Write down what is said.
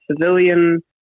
civilian